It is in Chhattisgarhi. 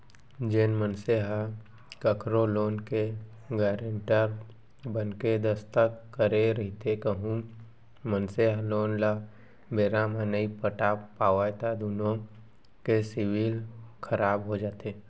जेन मनसे ह कखरो लोन के गारेंटर बनके दस्कत करे रहिथे कहूं मनसे ह लोन ल बेरा म नइ पटा पावय त दुनो के सिविल खराब हो जाथे